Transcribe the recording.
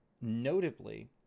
Notably